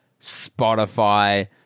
Spotify